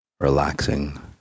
relaxing